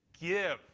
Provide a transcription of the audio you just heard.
give